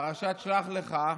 פרשת שלח לך.